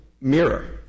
mirror